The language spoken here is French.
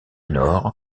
nord